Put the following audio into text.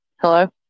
Hello